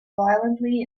violently